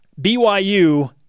BYU